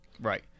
Right